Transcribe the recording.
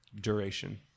duration